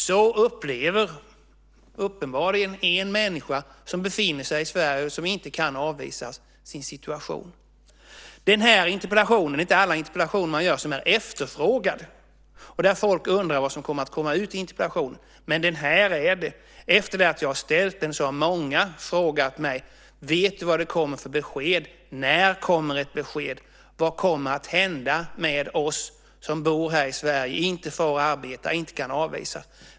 Så upplever uppenbarligen en människa som befinner sig i Sverige och som inte kan avvisas sin situation. Det är inte alla interpellationer som man ställer som är efterfrågade och där folk undrar vad som kommer att komma ut av interpellationen, men den här är det. Efter det att jag har ställt den har många frågat mig: Vet du vad det kommer för besked? När kommer ett besked? Vad kommer att hända med oss som bor här i Sverige, inte får arbeta och inte kan avvisas?